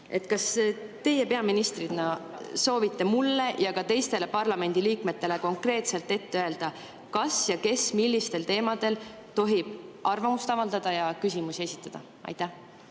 Kas teie peaministrina soovite mulle ja teistele parlamendiliikmetele konkreetselt ette öelda, kas ja kes millistel teemadel tohib arvamust avaldada ja küsimusi esitada? Aitäh!